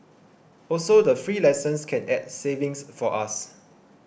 also the free lessons can add savings for us